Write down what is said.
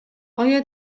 آیا